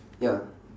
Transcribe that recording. ya